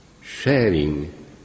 sharing